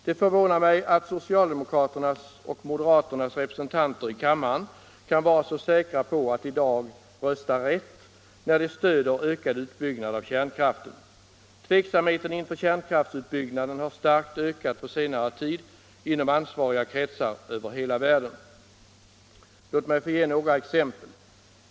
Det förvånar mig att socialdemokraternas och moderaternas representanter i kammaren kan vara så säkra på att de i dag röstar rätt, när de stödjer ökad utbyggnad av kärnkraften. Tveksamheten inför kärnkraftsutbyggnaden har starkt ökat på senare tid inom ansvariga kretsar över hela världen. Låt mig få ge några exempel.